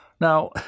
now